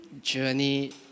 journey